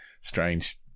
Strange